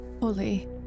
Oli